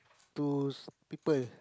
to people